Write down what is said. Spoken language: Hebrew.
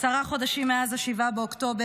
עשרה חודשים מאז 7 באוקטובר,